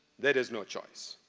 there is no choice.